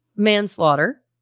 Manslaughter